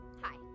Hi